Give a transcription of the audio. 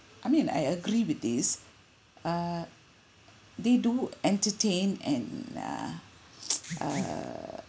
I mean I agree with this uh they do entertain and uh err